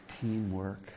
teamwork